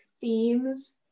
themes